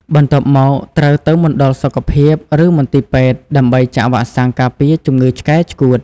បន្ទាប់មក ត្រូវទៅមណ្ឌលសុខភាព ឬមន្ទីរពេទ្យ ដើម្បីចាក់វ៉ាក់សាំងការពារជំងឺឆ្កែឆ្កួត។